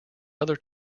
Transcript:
other